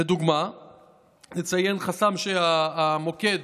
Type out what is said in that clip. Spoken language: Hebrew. ולדוגמה נציין חסם שהמוקד